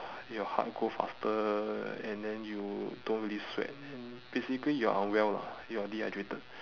your heart go faster and then you don't really sweat and basically you're unwell lah you're dehydrated